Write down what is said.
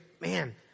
man